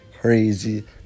Crazy